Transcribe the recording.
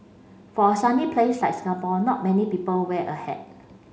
for a sunny place like Singapore not many people wear a hat